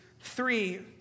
three